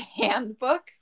handbook